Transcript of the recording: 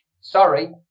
sorry